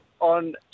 on